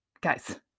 Guys